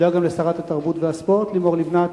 תודה גם לשרת התרבות והספורט לימור לבנת.